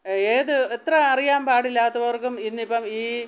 ഏത് എത്ര അറിയാൻ പാടില്ലാത്തവർക്കും ഇന്നിപ്പം ഈ